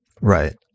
Right